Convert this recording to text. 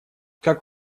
как